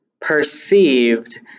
perceived